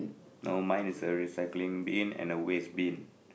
no mine is a recycling bin and a waste bin